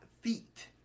feet